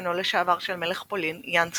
משכנו לשעבר של מלך פולין יאן סובייסקי,